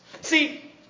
See